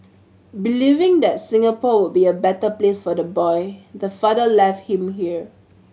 believing that Singapore would be a better place for the boy the father left him here